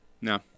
No